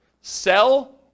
sell